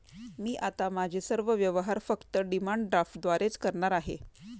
मी आता माझे सर्व व्यवहार फक्त डिमांड ड्राफ्टद्वारेच करणार आहे